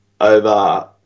over